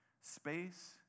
space